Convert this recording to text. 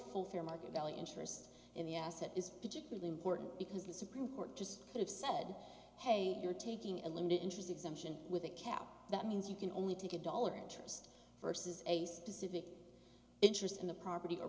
full fair market value interest in the asset is particularly important because the supreme court just sort of said hey you're taking a limited interest exemption with a cap that means you can only take a dollar interest versus a specific interest in the property or